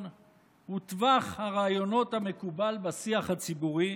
הוא טווח הרעיונות המקובל בשיח הציבורי,